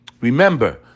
remember